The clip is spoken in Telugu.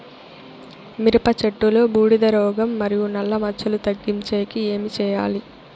మిరప చెట్టులో బూడిద రోగం మరియు నల్ల మచ్చలు తగ్గించేకి ఏమి చేయాలి?